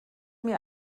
mir